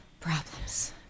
Problems